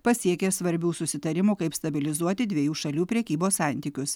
pasiekė svarbių susitarimų kaip stabilizuoti dviejų šalių prekybos santykius